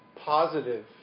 positive